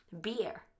Beer